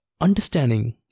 Understanding